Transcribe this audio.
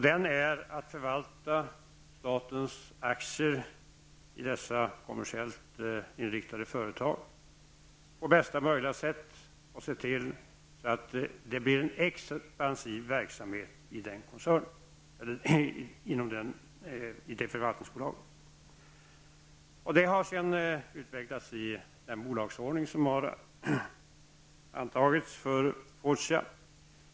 Den är att förvalta statens aktier i dessa kommersiellt inriktade företag på bästa möjliga sätt och se till att det blir en expansiv verksamhet i förvaltningsbolaget. Detta har utvecklats i den bolagsordning som har antagits för Fortia.